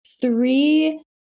three